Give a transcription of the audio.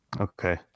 Okay